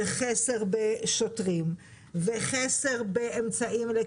חסר בשוטרים וחסר באמצעים אלקטרוניים.